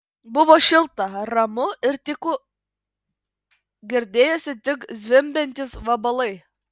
buvo šilta ramu ir tyku girdėjosi tik zvimbiantys vabalai